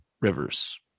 rivers